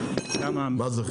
מה זה?